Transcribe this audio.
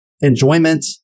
enjoyment